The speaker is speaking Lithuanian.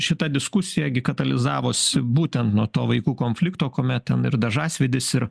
šitą diskusiją gi kanalizavusi būtent nuo to vaikų konflikto kuomet ten ir dažasvydis ir